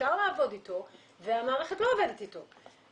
אפשר לעבוד איתו ומהערכת לא עובדת איתו.